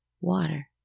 Water